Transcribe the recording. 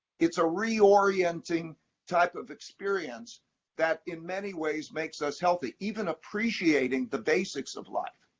it's a reorienting type of experience that, in many ways, makes us healthy. even appreciating the basics of life.